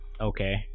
okay